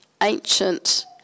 ancient